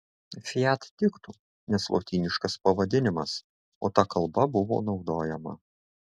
fiat tiktų nes lotyniškas pavadinimas o ta kalba buvo naudojama